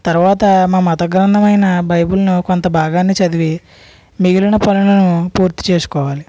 తరువాత మా మతగ్రంథమైన బైబిల్ను కొంత భాగాన్ని చదివి మిగిలిన పనులను పూర్తి చేసుకోవాలి